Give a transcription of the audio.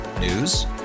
News